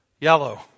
Yellow